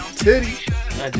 titties